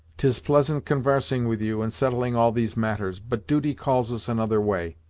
tis pleasant convarsing with you, and settling all these matters, but duty calls us another way.